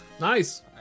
Nice